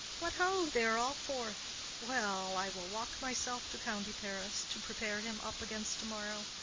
what, ho! they are all forth well, i will walk myself to county paris, to prepare him up against to-morrow.